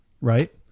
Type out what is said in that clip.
right